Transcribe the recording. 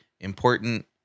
important